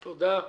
תודה.